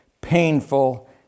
painful